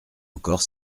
encore